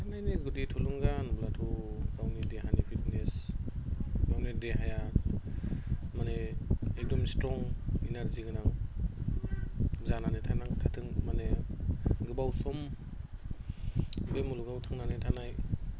खारनायनि गुदि थुलु़ंगा होनोब्लाथ' गावनि देहानि फिटनेस गावनि देहाया माने एग्दम स्ट्रं एनारजि गोनां जानानै थाथों माने गोबाव सम बे मुलुगाव थांनानै थानाय